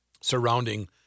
surrounding